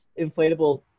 inflatable